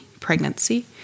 pregnancy